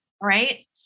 right